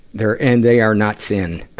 they're, and they are not think.